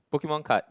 Pokemon cards